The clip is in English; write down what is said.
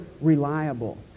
reliable